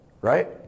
right